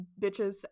bitches